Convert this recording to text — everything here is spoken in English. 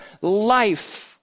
life